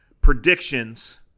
Predictions